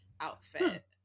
outfit